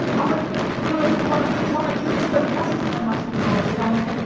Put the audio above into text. um like they're like, but i'm gonna tell my kid to spend less time on technology. i'm like,